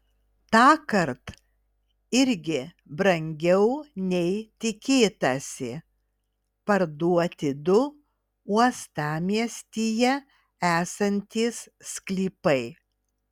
tąkart irgi brangiau nei tikėtasi parduoti du uostamiestyje esantys sklypai